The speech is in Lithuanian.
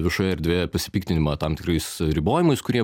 viešoje erdvėje pasipiktinimą tam tikrais ribojimais kurie